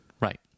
Right